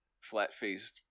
flat-faced